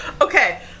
Okay